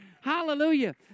Hallelujah